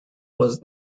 was